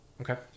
Okay